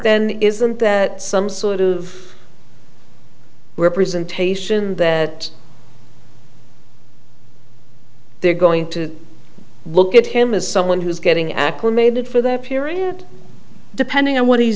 then isn't that some sort of representation that they're going to look at him as someone who's getting acclimated for that period depending on what he's